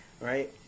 right